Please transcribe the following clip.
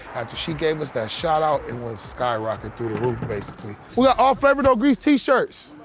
she gave us that shoutout, it went skyrocket through the roof, basically. we got all flavor no grease t-shirts!